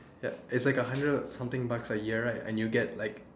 ya it's like a hundred something bucks a year right and you get like